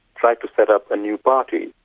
tried to set up a new party,